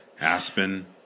Aspen